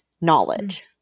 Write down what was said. knowledge